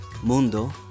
Mundo